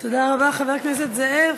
תודה רבה, חבר הכנסת זאב.